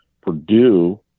Purdue